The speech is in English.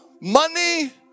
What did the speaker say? money